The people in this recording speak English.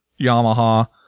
Yamaha